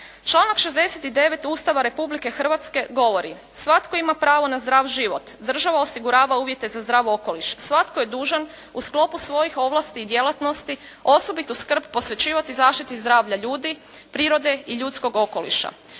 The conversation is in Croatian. Članak 69. Ustava Republike Hrvatske govori: Svatko ima pravo na zdrav život. Država osigurava uvjete za zdrav okoliš. Svatko je dužan u sklopu svojih ovlasti i djelatnosti osobitu skrb posvećivati zaštiti zdravlja ljudi, prirode i ljudskog okoliša.